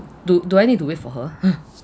do do I need to wait for her